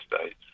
States